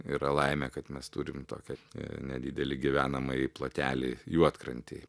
yra laimė kad mes turim tokią nedidelį gyvenamąjį plotelį juodkrantėj